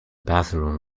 bathroom